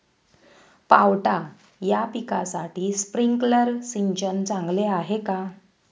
पावटा या पिकासाठी स्प्रिंकलर सिंचन चांगले आहे का?